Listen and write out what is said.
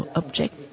object